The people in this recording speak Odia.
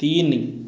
ତିନି